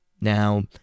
Now